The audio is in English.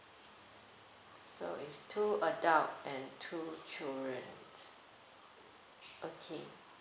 so it's two adult and two children okay